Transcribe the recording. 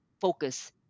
focus